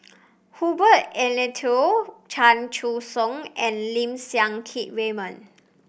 Herbert Eleuterio Chan Choy Siong and Lim Siang Keat Raymond